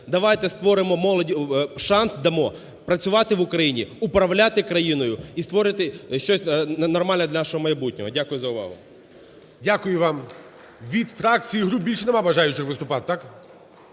Давайте створимо, молоді шанс дамо працювати в Україні, управляти країною і створити щось нормальне для нашого майбутнього. Дякую за увагу. ГОЛОВУЮЧИЙ. Дякую вам. Від фракцій і груп більше нема бажаючих виступати, так?